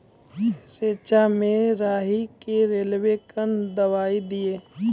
रेचा मे राही के रेलवे कन दवाई दीय?